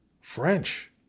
french